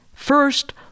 First